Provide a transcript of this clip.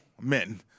men